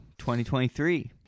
2023